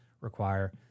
require